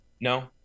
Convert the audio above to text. No